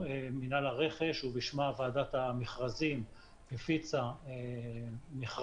במכרז מינהל הרכש ובשם המינהל וועדת המכרזים הפיצה מכרז